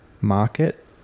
market